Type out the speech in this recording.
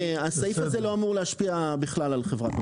הסעיף הזה לא אמור להשפיע בכלל על חברת מקורות.